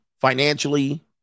financially